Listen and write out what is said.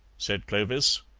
said clovis.